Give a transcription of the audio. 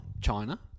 China